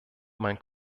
mein